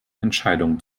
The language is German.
entscheidungen